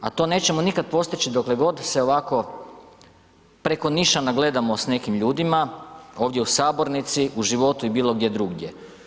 A to nećemo nikada postići dokle god se ovako preko nišana gledamo s nekim ljudima ovdje u sabornici u životu i bilo gdje drugdje.